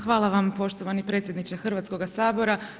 Hvala vam poštovani predsjedniče Hrvatskog sabora.